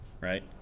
right